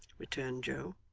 returned joe,